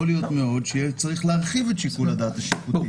להיות שצריך יהיה להרחיב את שיקול הדעת השיפוטי.